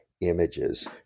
images